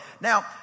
Now